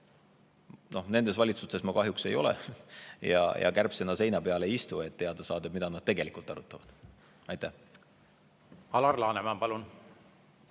Nendes valitsustes ma kahjuks ei ole ja kärbsena seina peal ei istu, et teada saada, mida nad tegelikult arutavad. Aitäh! Olen sellest